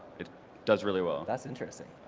it does really well. that's interesting.